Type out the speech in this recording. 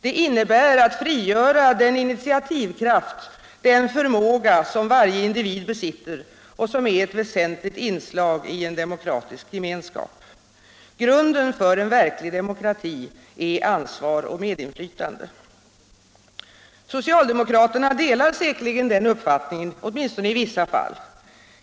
Det innebär att frigöra den initiativkraft, den förmåga, som varje individ besitter och som är ett väsentligt inslag i en demokratisk gemenskap. Grunden för en verklig demokrati är ansvar och medinflytande. Socialdemokraterna delar säkerligen denna uppfattning, åtminstone i vissa fall.